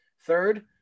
Third